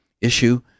issue